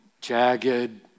jagged